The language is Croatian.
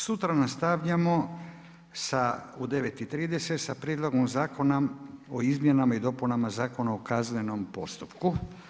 Sutra nastavljamo u 9,30 sa Prijedlogom Zakona o izmjenama i dopunama Zakona o kaznenom postupku.